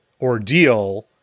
ordeal